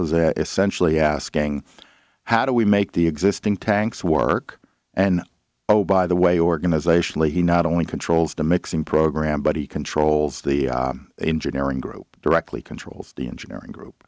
that essentially asking how do we make the existing tanks work and oh by the way organizationally he not only controls the mixing program but he controls the engineering group directly controls the engineering group